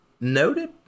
Noted